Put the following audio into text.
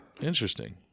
Interesting